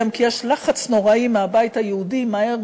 כי יש לחץ נוראי מהבית היהודי: מהר,